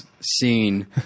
scene